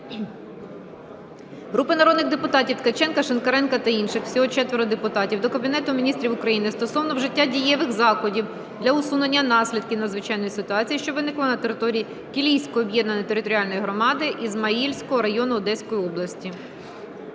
Групи народних депутатів (Ткаченка, Шинкаренка та інших. Всього 4 депутатів) до Кабінету Міністрів України стосовно вжиття дієвих заходів для усунення наслідків надзвичайної ситуації, що виникла на території Кілійської об'єднаної територіальної громади Ізмаїльського району Одеської області.